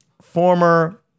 former